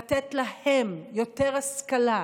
לתת להם יותר השכלה,